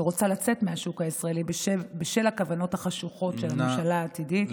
שרוצה לצאת מהשוק הישראלי בשל הכוונות החשוכות של הממשלה העתידית.